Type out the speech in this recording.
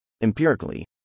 Empirically